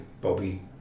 Bobby